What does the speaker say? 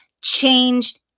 changed